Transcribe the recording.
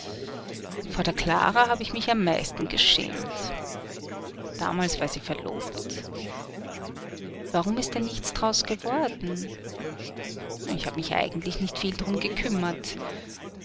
vor der klara hab ich mich am meisten g'schämt damals war sie verlobt warum ist denn nichts d'raus geworden ich hab mich eigentlich nicht viel d'rum gekümmert